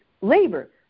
labor